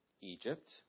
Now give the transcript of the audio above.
Egypt